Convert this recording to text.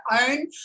own